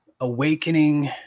awakening